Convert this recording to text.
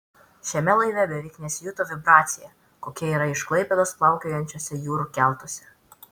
šiame laive beveik nesijuto vibracija kokia yra iš klaipėdos plaukiojančiuose jūrų keltuose